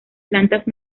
plantas